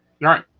Right